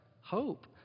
hope